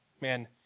man